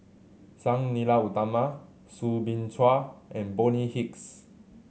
Sang Nila Utama Soo Bin Chua and Bonny Hicks